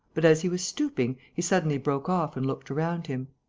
but, as he was stooping, he suddenly broke off and looked around him.